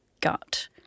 gut